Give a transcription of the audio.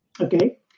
Okay